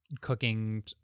cooking